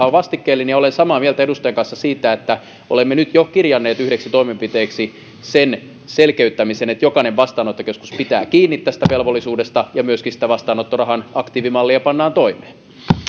on vastikkeellinen ja olen samaa mieltä edustajan kanssa siitä että olemme nyt jo kirjanneet yhdeksi toimenpiteeksi sen selkeyttämisen että jokainen vastaanottokeskus pitää kiinni tästä velvollisuudesta ja että myöskin sitä vastaanottorahan aktiivimallia pannaan toimeen